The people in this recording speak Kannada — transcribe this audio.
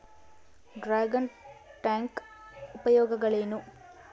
ಡ್ರಾಗನ್ ಟ್ಯಾಂಕ್ ಉಪಯೋಗಗಳೇನು?